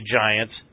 Giants